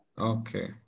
Okay